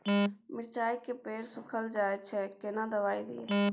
मिर्चाय के पेड़ सुखल जाय छै केना दवाई दियै?